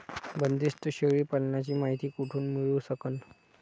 बंदीस्त शेळी पालनाची मायती कुठून मिळू सकन?